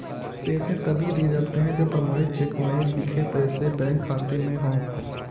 पैसे तभी दिए जाते है जब प्रमाणित चेक में लिखे पैसे बैंक खाते में हो